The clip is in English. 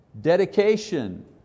dedication